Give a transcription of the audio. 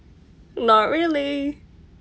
not really